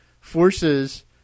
forces